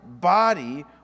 body